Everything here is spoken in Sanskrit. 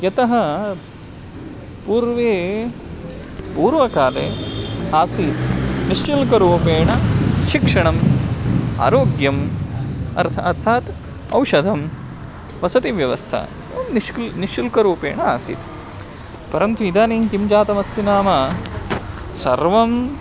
यतः पूर्वे पूर्वकाले आसीत् निश्शुल्करूपेण शिक्षणम् आरोग्यम् अर्थात् अर्थात् औषधं वसति व्यवस्था एवं निश् निःशुल्करूपेण आसीत् परन्तु इदानीं किं जातमस्ति नाम सर्वम्